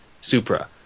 Supra